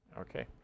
okay